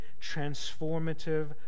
transformative